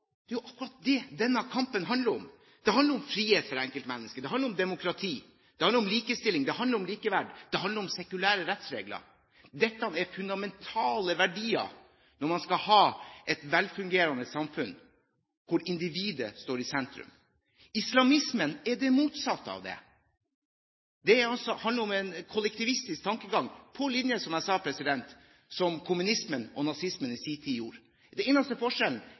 det er jo akkurat det denne kampen handler om, det handler om frihet for enkeltmennesket, det handler om demokrati, det handler om likestilling, det handler om likeverd, det handler om sekulære rettsregler. Dette er fundamentale verdier når man skal ha et velfungerende samfunn hvor individet står i sentrum. Islamismen er det motsatte av det. Den handler om en kollektivistisk tankegang på linje med, som jeg sa, det som kommunismen og nazismen i sin tid gjorde. Den eneste forskjellen